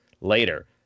Later